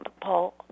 Paul